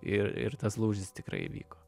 ir ir tas lūžis tikrai įvyko